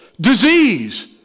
disease